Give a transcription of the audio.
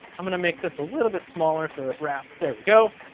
i'm gonna make this a little bit smaller so it wraps there we go.